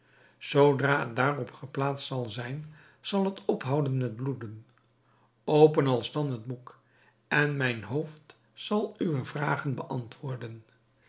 het daarop geplaatst zal zijn zal het ophouden met bloeden open alsdan het boek en mijn hoofd zal uwe vragen beantwoorden